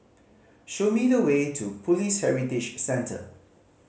show me the way to Police Heritage Centre